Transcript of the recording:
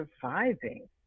surviving